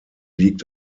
liegt